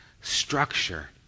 Structure